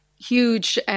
huge